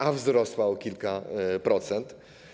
A wzrosła o kilka procent.